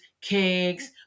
cakes